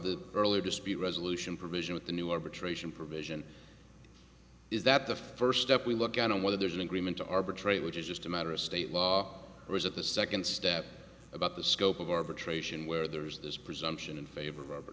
the earlier dispute resolution provision with the new arbitration provision is that the first step we look at on whether there's an agreement to arbitrate which is just a matter of state law or is it the second step about the scope of arbitration where there's this presumption in favor of